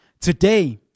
Today